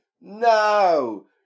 no